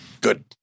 Good